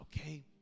okay